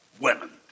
Women